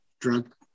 drug